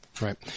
Right